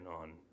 on